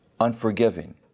unforgiving